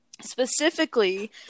specifically